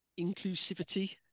inclusivity